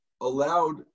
allowed